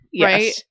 Right